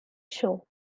show